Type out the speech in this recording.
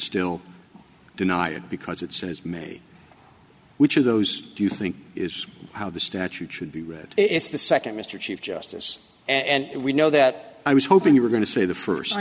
still deny it because it says made which of those do you think is how the statute should be read it's the second mr chief justice and we know that i was hoping you were going to say the first